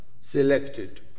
selected